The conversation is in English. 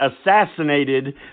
assassinated